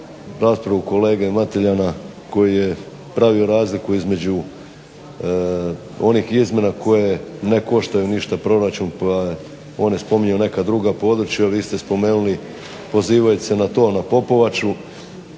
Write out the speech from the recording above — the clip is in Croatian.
raspravu kolege Mateljana koji je pravio razliku između onih izmjena koje ne koštaju ništa proračun, pa je on spominjao neka druga područja, a vi ste spomenuli pozivajući se na to na Popovaču.